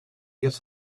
gets